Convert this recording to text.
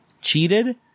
Cheated